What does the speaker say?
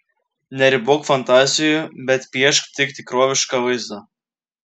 neribok fantazijų bet piešk tik tikrovišką vaizdą